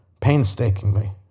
Painstakingly